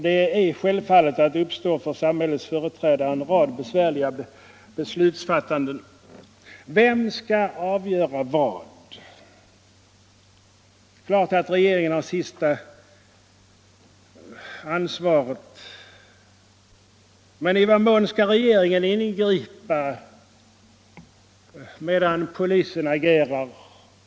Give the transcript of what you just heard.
Det är självklart att det för samhällets företrädare uppstår en rad svåra ställningstaganden. Vem skall avgöra vad? Regeringen har naturligtvis det yttersta ansvaret, men i vad mån skall regeringen ingripa medan polisen agerar?